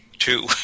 Two